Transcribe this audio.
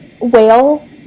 whale